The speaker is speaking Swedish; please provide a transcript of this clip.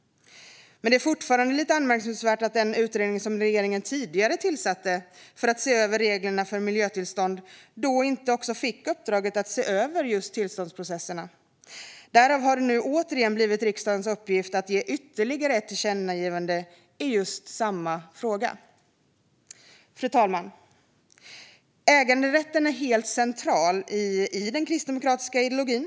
Det är fortfarande lite anmärkningsvärt att den utredning som regeringen tidigare tillsatte för att se över reglerna för miljötillstånd inte fick uppdraget att se över tillståndsprocesserna. Därför har det nu återigen blivit riksdagens uppgift att göra ytterligare ett tillkännagivande i just samma fråga. Fru talman! Äganderätten är helt central i den kristdemokratiska ideologin.